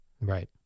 Right